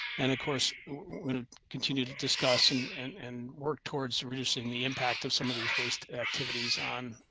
and, of course, we continue to discuss and and and work towards reducing the impact of some of these waste activities on,